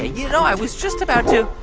you know, i was just about to